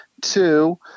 two